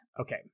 Okay